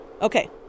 Okay